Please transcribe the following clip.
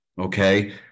Okay